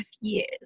years